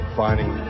finding